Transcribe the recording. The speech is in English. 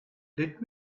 let